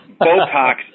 Botox